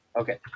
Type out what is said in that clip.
Okay